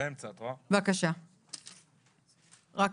תודה רבה,